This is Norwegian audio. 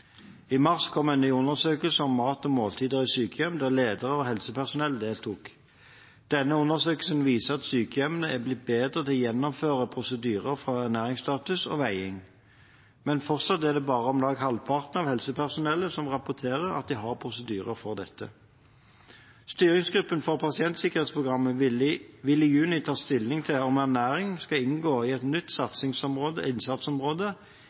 I mars kom en ny undersøkelse om mat og måltider i sykehjem, der ledere og helsepersonell deltok. Denne undersøkelsen viser at sykehjemmene er blitt bedre til å gjennomføre prosedyrer for ernæringsstatus og veiing. Men fortsatt er det bare om lag halvparten av helsepersonellet som rapporterer at de har prosedyrer for dette. Styringsgruppen for pasientsikkerhetsprogrammet vil i juni ta stilling til om ernæring skal inngå som nytt innsatsområde i